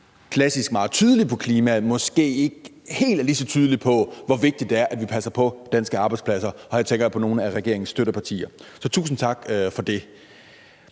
klassisk meget tydelige på klimaet, måske ikke helt er lige så tydelige på, hvor vigtigt det er, at vi passer på danske arbejdspladser, og her tænker jeg på nogle af regeringens støttepartier. Så tusind tak for det.